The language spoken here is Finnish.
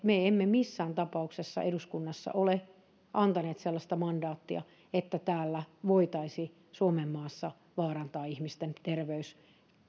me emme missään tapauksessa eduskunnassa ole antaneet sellaista mandaattia että täällä voitaisi suomenmaassa vaarantaa ihmisten terveys